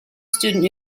student